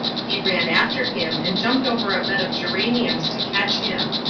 he ran after him and jumped over a bed of geraniums to catch him.